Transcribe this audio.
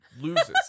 loses